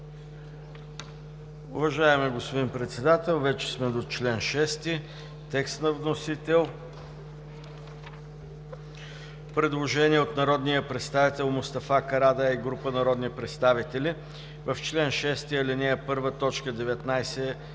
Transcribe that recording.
Уважаеми господин Председател, вече сме на чл. 6 – текст на вносител. Предложение от народния представител Мустафа Карадайъ и група народни представители: „В чл. 6, ал. 1, т. 19 се